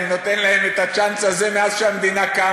אני נותן להם את הצ'אנס הזה מאז קמה המדינה,